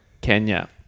Kenya